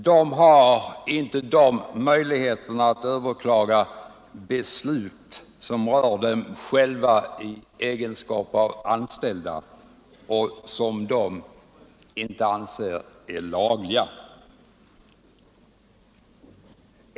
De har inte möjlighet att överklaga beslut som rör dem i deras egenskap av anställda och som de inte anser vara lagliga.